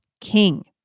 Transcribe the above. king